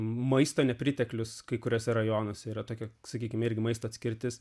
maisto nepriteklius kai kuriuose rajonuose yra tokia sakykime irgi maisto atskirtis